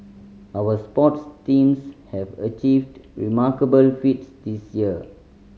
our sports teams have achieved remarkable feats this year